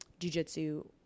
jujitsu